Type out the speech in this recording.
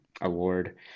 award